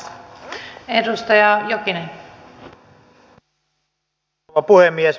arvoisa rouva puhemies